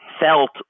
felt